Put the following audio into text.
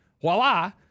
voila